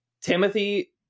Timothy